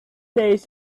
days